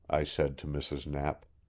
i said to mrs. knapp.